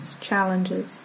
challenges